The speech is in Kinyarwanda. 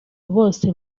bose